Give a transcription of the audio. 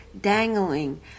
dangling